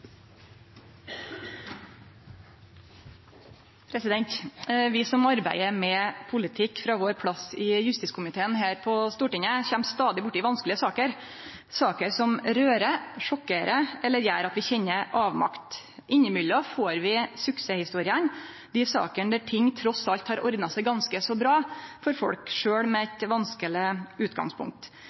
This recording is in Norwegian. Stortinget, kjem stadig borti vanskelege saker, saker som rører, sjokkerer eller gjer at vi kjenner avmakt. Innimellom får vi suksesshistoriene, dei sakene der ting trass alt har ordna seg ganske så bra for folk, sjølv med eit vanskeleg utgangspunkt.